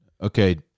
Okay